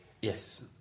yes